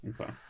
okay